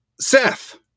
Seth